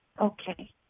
Okay